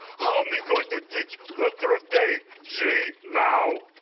how me going to teach letter of day g now?